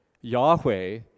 Yahweh